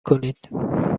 کنید